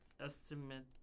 Estimate